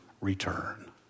return